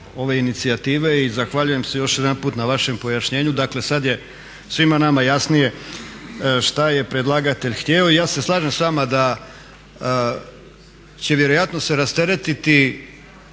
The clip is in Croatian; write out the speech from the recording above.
ove inicijative i zahvaljujem se još jednaput na vašem pojašnjenju. Dakle sada je svima nama jasnije šta je predlagatelj htio. I ja se slažem s vama da će vjerojatno se rasteretiti